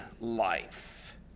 life